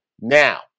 Now